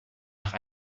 nach